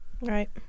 Right